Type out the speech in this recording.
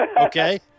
Okay